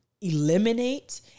eliminate